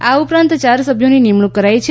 આ ઉપરાંત યાર સભ્યોની નિમણૂક કરાઇ છે